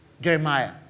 Jeremiah